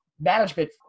management